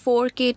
4k